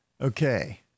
Okay